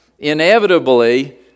Inevitably